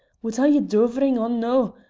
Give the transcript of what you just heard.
what are ye doverin' on noo?